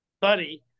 buddy